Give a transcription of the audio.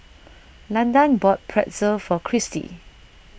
Landan bought Pretzel for Christi